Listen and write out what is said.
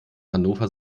hannover